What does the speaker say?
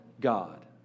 God